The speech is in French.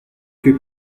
que